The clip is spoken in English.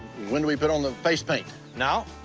when do we put on the face paint? no.